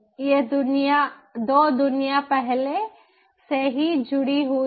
ये 2 दुनिया पहले से ही जुड़ी हुई हैं